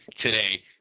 today